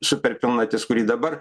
superpilnatis kuri dabar